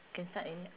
can start already ah